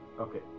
Okay